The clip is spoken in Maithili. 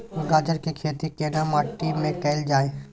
गाजर के खेती केना माटी में कैल जाए?